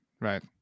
Right